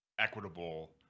equitable